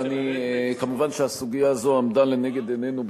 ומובן שהסוגיה הזאת עמדה לנגד עינינו,